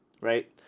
Right